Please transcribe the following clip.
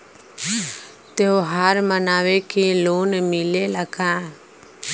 त्योहार मनावे के लोन मिलेला का?